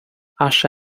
ашшӗ